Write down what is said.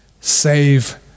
save